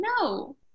No